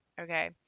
Okay